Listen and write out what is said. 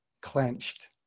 clenched